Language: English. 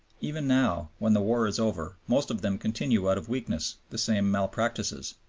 even now, when the war is over, most of them continue out of weakness the same malpractices.